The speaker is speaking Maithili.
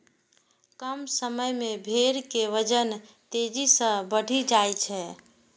कम समय मे भेड़ के वजन तेजी सं बढ़ि जाइ छै